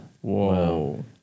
Whoa